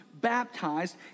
baptized